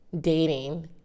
dating